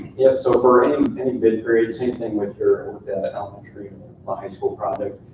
yeah so for and and any but upgrade, same thing with your and elementary and ah high school project,